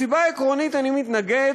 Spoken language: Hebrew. מסיבה עקרונית אני מתנגד,